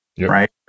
right